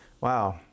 wow